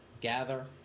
gather